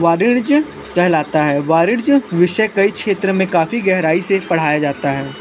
वाणिज्य कहलाता है वाणिज्य विषय कई क्षेत्र में काफ़ी गहराई से पढ़ाया जाता है